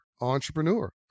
entrepreneur